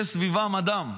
יש סביבם אדם,